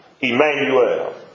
Emmanuel